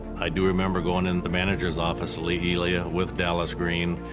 i do remember going in the manager's office, lee elia with dallas green.